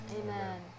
Amen